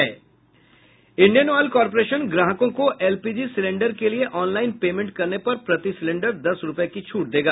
India oil corporation ग्राहकों को LPG के सिलेंडर के लिए ऑनलाईन पेमेंट करने पर प्रति सिलिंडर दस रूपये की छूट देगा